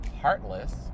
heartless